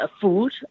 food